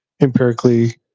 empirically